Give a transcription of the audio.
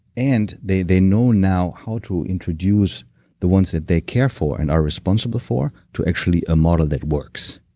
and they they know now how to introduce the ones that they care for and are responsible for, to actually a model that works